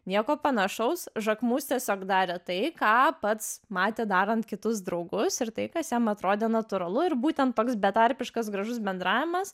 nieko panašaus žakmus tiesiog darė tai ką pats matė darant kitus draugus ir tai kas jam atrodė natūralu ir būtent toks betarpiškas gražus bendravimas